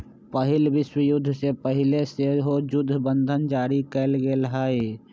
पहिल विश्वयुद्ध से पहिले सेहो जुद्ध बंधन जारी कयल गेल हइ